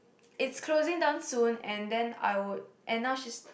its closing down soon and then I would and now she's